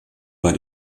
bei